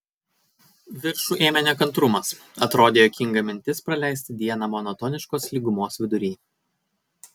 viršų ėmė nekantrumas atrodė juokinga mintis praleisti dieną monotoniškos lygumos vidury